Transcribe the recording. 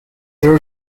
there